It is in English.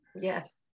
yes